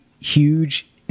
huge